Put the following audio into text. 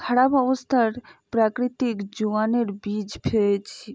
খারাপ অবস্থার প্রাকৃতিক জোয়ানের বীজ পেয়েছি